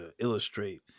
illustrate